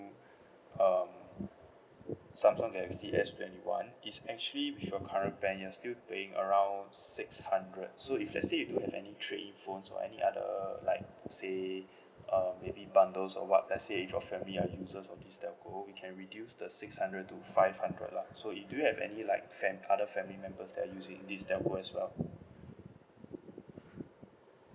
um Samsung galaxy S twenty one is actually with your current plan you're still paying around six hundred so if let's say you do have any trade in phones or any other like say uh maybe bundles or what let's say if your family are users of this telco we can reduce the six hundred to five hundred lah so if do you have any like fam~ other family members that are using this telco as well